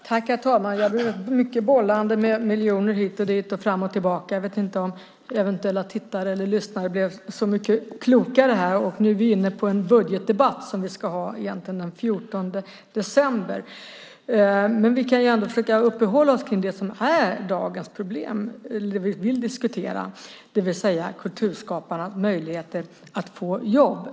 Herr talman! Det är mycket bollande med miljoner hit och dit och fram och tillbaka. Jag vet inte om eventuella tittare eller lyssnare blev så mycket klokare. Nu är vi inne på en budgetdebatt, som vi egentligen ska ha den 14 december. Vi kan ändå försöka uppehålla oss kring det som är dagens problem, det vi vill diskutera, det vill säga kulturskaparnas möjligheter att få jobb.